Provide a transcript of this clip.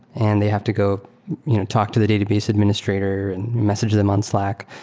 and they have to go talk to the database administrator and message them on slack.